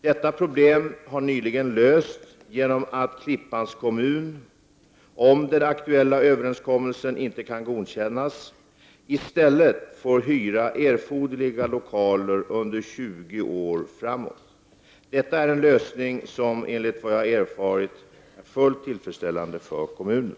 Detta problem har nyligen lösts genom att Klippans kommun, om den aktuella överenskommelsen inte kan godkännas, i stället får hyra erforderliga lokaler under 20 år framåt. Detta är en lösning som enligt vad jag erfarit är fullt tillfredsställande för kommunen.